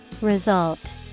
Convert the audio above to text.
Result